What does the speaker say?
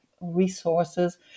resources